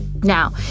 Now